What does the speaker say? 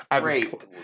Great